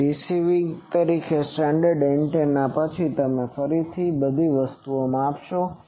તેથી રીસીવર તરીકે standard antenna પછી તમે ફરીથી તે જ વસ્તુને માપશો